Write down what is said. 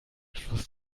fluss